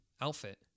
outfit